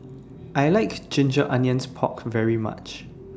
I like Ginger Onions Pork very much